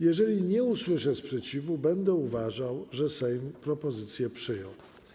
Jeżeli nie usłyszę sprzeciwu, będę uważał, że Sejm propozycję przyjął.